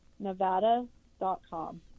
nevada.com